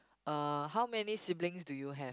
uh how many siblings do you have